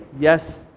yes